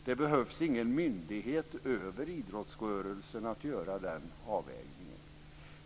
Det behövs ingen myndighet över idrottsrörelsen för att göra den avvägningen.